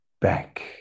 back